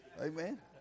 Amen